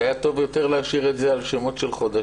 שהיה טוב להשאיר את זה על שמות של חודשים.